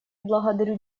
благодарю